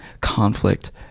conflict